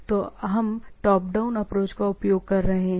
तो हम top down approach का उपयोग कर रहे हैं